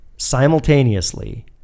Simultaneously